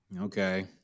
Okay